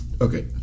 Okay